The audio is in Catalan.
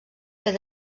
fer